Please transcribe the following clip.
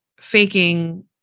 faking